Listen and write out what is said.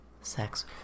sex